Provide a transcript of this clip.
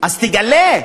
אז תגלה.